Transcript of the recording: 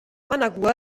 managua